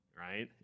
right